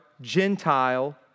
Gentile